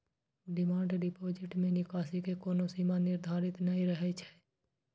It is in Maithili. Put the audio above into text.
डिमांड डिपोजिट मे निकासी के कोनो सीमा निर्धारित नै रहै छै